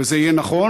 וזה יהיה נכון.